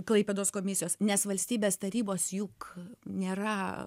klaipėdos komisijos nes valstybės tarybos juk nėra